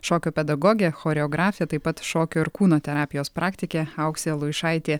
šokio pedagogė choreografė taip pat šokio ir kūno terapijos praktikė auksė luišaitė